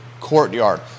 courtyard